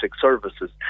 services